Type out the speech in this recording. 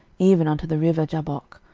even unto the river jabbok,